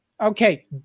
Okay